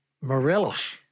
Morelos